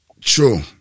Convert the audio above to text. True